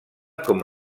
com